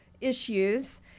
issues